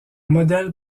modèles